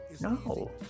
No